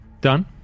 Done